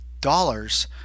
dollars